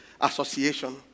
association